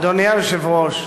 אדוני היושב-ראש,